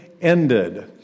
ended